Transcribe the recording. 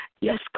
Yes